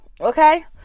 Okay